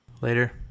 Later